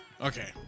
Okay